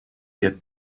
get